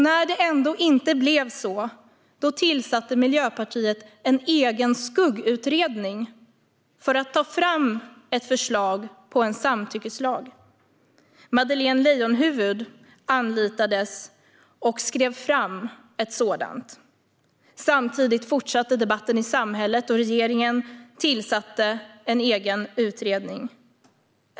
När det ändå inte blev så tillsatte Miljöpartiet en egen skuggutredning för att ta fram ett förslag på en samtyckeslag. Madeleine Leijonhufvud anlitades och skrev fram ett sådant. Samtidigt fortsatte debatten i samhället, och regeringen tillsatte en egen utredning.